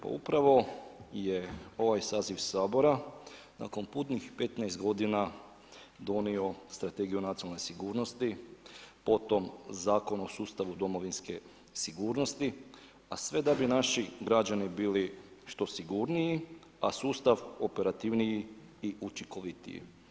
Pa upravo je ovaj saziv Sabora nakon punih 15 godina donio Strategiju nacionalne sigurnosti potom Zakon o sustavu Domovinske sigurnosti a sve da bi naši građani bili što sigurniji a sustav operativniji i učinkovitiji.